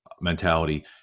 mentality